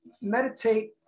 meditate